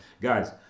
guys